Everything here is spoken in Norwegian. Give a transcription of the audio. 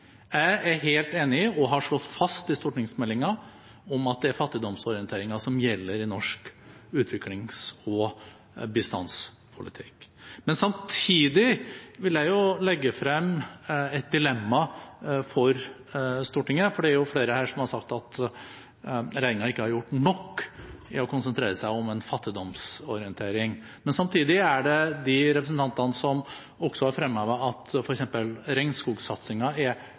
Jeg er helt enig i, og har slått fast i stortingsmeldingen, at det er fattigdomsorienteringen som gjelder i norsk utviklings- og bistandspolitikk. Samtidig vil jeg legge frem et dilemma for Stortinget, for det er flere her som har sagt at regjeringen ikke har gjort nok for å konsentrere seg om en fattigdomsorientering. Men samtidig er det de representantene som også har fremhevet at